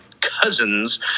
Cousins